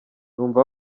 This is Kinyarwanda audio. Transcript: numva